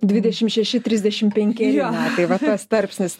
dvidešimt šeši trisdešimt penkeri metai va tas tarpsnis